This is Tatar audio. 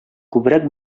күбрәк